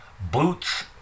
Boots